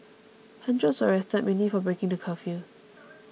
hundreds were arrested mainly for breaking the curfew